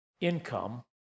income